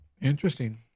Interesting